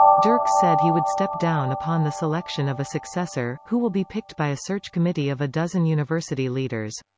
dirks said he would step down upon the selection of a successor, who will be picked by a search committee of a dozen university leaders.